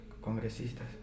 congresistas